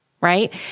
right